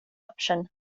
option